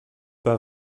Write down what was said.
pas